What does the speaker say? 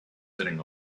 sitting